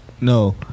no